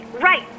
Right